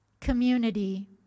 Community